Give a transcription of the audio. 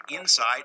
inside